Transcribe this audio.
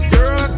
Girl